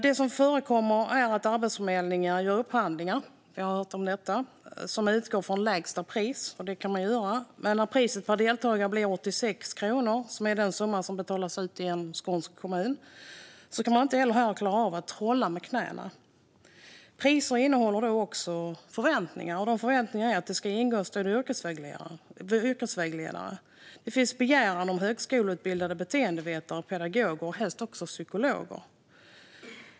Det som förekommer är att Arbetsförmedlingen gör upphandlingar som utgår från lägsta pris. Vi har hört om detta. Det kan den göra. Men när priset per deltagare blir 86 kronor, som är den summa som betalas ut i en skånsk kommun, kan man inte heller här klara av att trolla med knäna. Priser innehåller då också förväntningar. De förväntningarna är att det ska ingå studie och yrkesvägledare. Det finns begäran om högskoleutbildade beteendevetare, pedagoger och helst också psykologer.